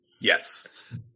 Yes